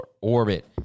orbit